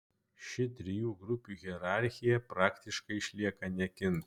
ši trijų grupių hierarchija praktiškai išlieka nekintanti